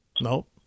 Nope